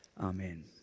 Amen